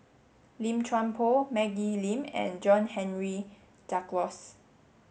Lim Chuan Poh Maggie Lim and John Henry Duclos